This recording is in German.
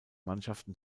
mannschaften